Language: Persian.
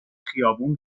خیابون